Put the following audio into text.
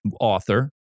author